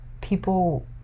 people